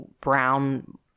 brown